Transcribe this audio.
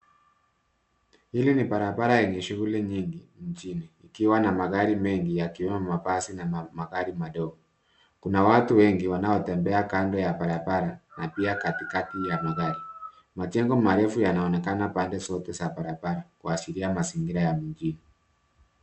Hili ni barabara lenye shughuli nyingi mjini ikiwa na magari mengi yakiwemo basi na magari madogo. Kuna watu wengi wanaotemeba kando ya barabara na pia katikati ya magari. Majengo marefu yanaonekana pande zote za barabara kuashiria mazingira ya mjini.